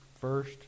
first